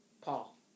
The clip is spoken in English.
Paul